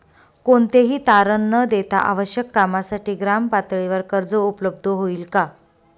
कोणतेही तारण न देता आवश्यक कामासाठी ग्रामपातळीवर कर्ज उपलब्ध होईल का?